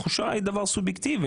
התחושה היא דבר סובייקטיבי,